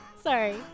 Sorry